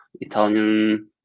Italian